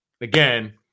again